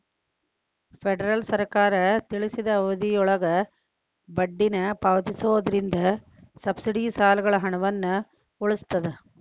federal ಸರ್ಕಾರ ತಿಳಿಸಿದ ಅವಧಿಯೊಳಗ ಬಡ್ಡಿನ ಪಾವತಿಸೋದ್ರಿಂದ ಸಬ್ಸಿಡಿ ಸಾಲಗಳ ಹಣವನ್ನ ಉಳಿಸ್ತದ